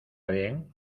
bien